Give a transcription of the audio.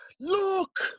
Look